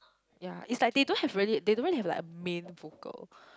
ya it's like they don't have really they don't even have like main vocal